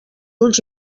ulls